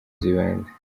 z’ibanze